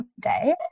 day